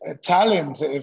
talent